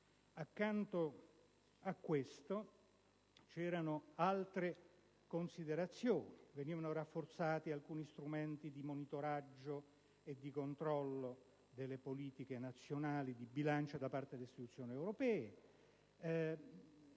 Accanto a questo, venivano rafforzati alcuni strumenti di monitoraggio e di controllo delle politiche nazionali di bilancio da parte delle istituzioni europee